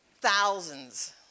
thousands